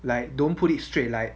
like don't put it straight like